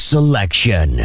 Selection